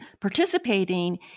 participating